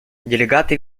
делегаты